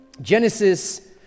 Genesis